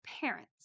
parents